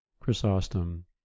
Chrysostom